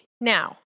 Now